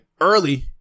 early